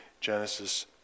Genesis